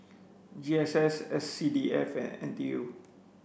G S S S C D F and N T U